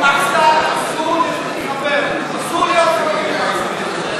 עם אכזר אסור להתחבר, אסור להיות חברים עם אכזרים.